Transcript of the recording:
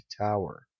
tower